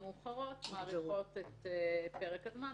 המאוחרות מאריכות את פרק הזמן.